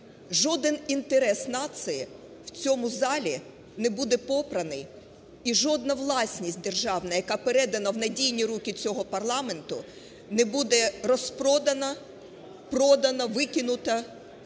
жоден інтерес нації в цьому залі не буде попраний і жодна власність державна, яка передана в надійні руки цього парламенту, не буде розпродана, продана, викинута.